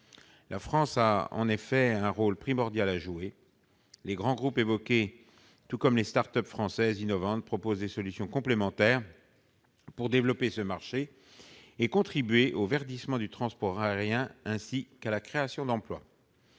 La France a en effet un rôle primordial à jouer. Les grands groupes évoqués, tout comme les start-up françaises innovantes, proposent des solutions complémentaires pour développer ce marché, contribuer à verdir le transport aérien et à créer des emplois.